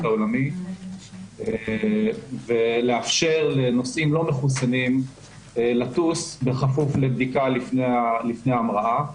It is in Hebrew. העולמי ולאפשר לנוסעים לא מחוסנים לטוס בכפוף לבדיקה לפני ההמראה.